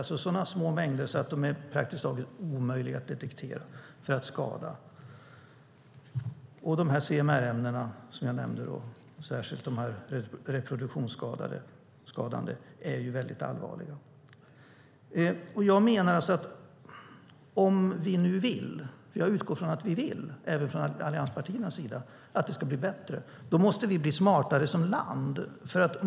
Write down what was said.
Det är så små mängder att de är praktiskt taget omöjliga att detektera om de skadar. CMR-ämnena, som jag nämnde, särskilt de reproduktionsskadande, är väldigt allvarliga. Om vi nu vill - jag utgår från att vi vill, även allianspartierna - att det ska bli bättre måste vi bli smartare som land.